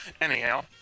Anyhow